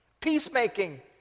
peacemaking